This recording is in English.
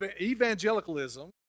Evangelicalism